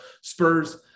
Spurs